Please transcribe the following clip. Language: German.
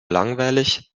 langweilig